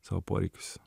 savo poreikius